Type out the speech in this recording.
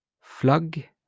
flag